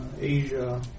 Asia